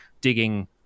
digging